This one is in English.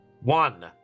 One